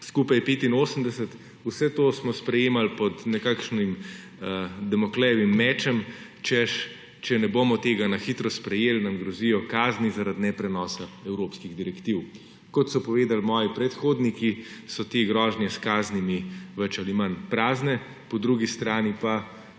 skupaj 85, vse to smo sprejemali pod nekakšnim Damoklejevim mečem, češ, če ne bomo tega na hitro sprejeli, nam grozijo kazni zaradi neprenosa evropskih direktiv. Kot so povedali moji predhodniki, so te grožnje s kaznimi več ali manj prazne, po drugi strani pa